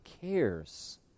cares